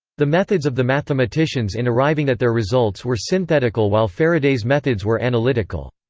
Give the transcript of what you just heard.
the methods of the mathematicians in arriving at their results were synthetical while faraday's methods were analytical.